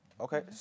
Okay